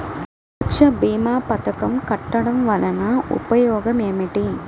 సురక్ష భీమా పథకం కట్టడం వలన ఉపయోగం ఏమిటి?